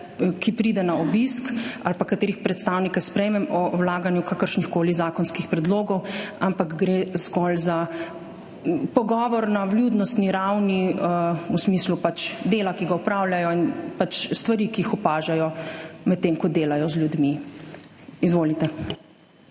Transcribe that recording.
ki pride na obisk ali pa katerih predstavnike sprejmem, o vlaganju kakršnihkoli zakonskih predlogov, ampak gre zgolj za pogovor na vljudnostni ravni v smislu dela, ki ga opravljajo, in stvari, ki jih opažajo, medtem ko delajo z ljudmi. Izvolite.